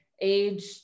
age